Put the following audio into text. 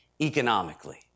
economically